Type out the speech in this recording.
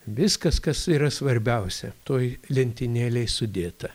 viskas kas yra svarbiausia toj lentynėlėj sudėta